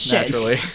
Naturally